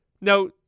Now